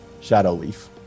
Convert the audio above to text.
Shadowleaf